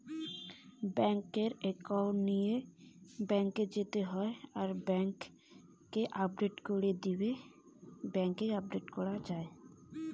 Bank account এর বই কেমন করি আপডেট করা য়ায়?